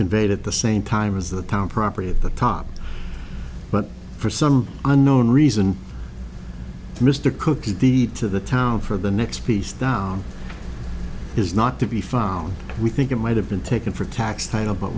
conveyed at the same time as the power property at the top but for some unknown reason mr cookie deed to the town for the next piece down is not to be found we think it might have been taken for tax title but